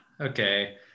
Okay